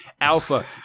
Alpha